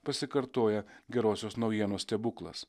pasikartoja gerosios naujienos stebuklas